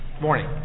morning